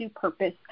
Purpose